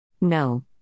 No